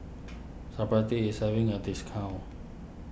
Supravit is having a discount